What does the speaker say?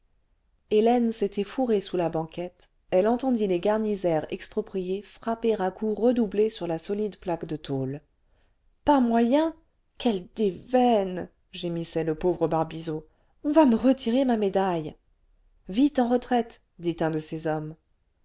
hélène s'était fourrée sous la banquette elle entendit les garnisaires expropriés frapper à coups redoublés sur la solide plaque de tôle pas moyen quelle déveine gémissait le pauvre barbizot on va me retirer ma médaille vite en retraite dit un de ses hommes